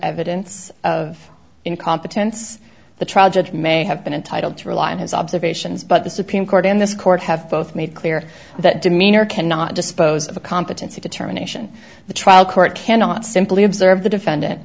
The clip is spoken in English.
evidence of incompetence the trial judge may have been entitled to rely on his observations but the supreme court in this court have both made clear that demeanor cannot dispose of a competency determination the trial court cannot simply observe the defendant